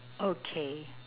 okay